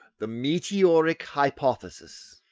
the meteoritic hypothesis.